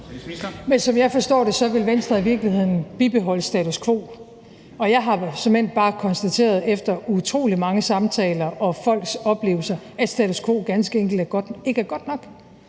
Som jeg forstår det, vil Venstre i virkeligheden bibeholde status quo. Jeg har såmænd bare konstateret efter utrolig mange samtaler med folk om deres oplevelser, at status quo ganske enkelt ikke er godt nok,